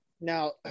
Now